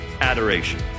adoration